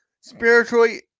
spiritually